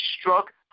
struck